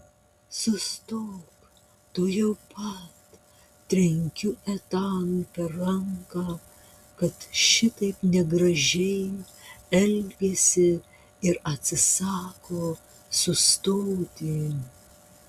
sustok tuojau pat trenkiu etanui per ranką kad šitaip negražiai elgiasi ir atsisako sustoti